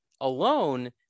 alone